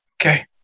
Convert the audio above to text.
okay